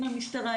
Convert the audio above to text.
עם המשטרה,